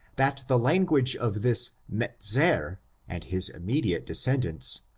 that the language of this mezar and his immediate descendants,